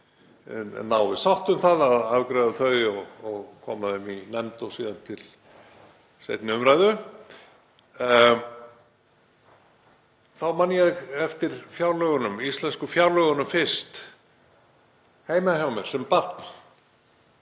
næst sátt um að afgreiða þau og koma þeim í nefnd og síðan til seinni umræðu, að ég man fyrst eftir fjárlögunum, íslensku fjárlögunum, heima hjá mér sem barn.